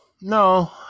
no